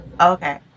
Okay